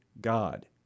God